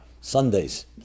Sundays